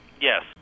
Yes